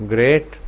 Great